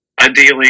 ideally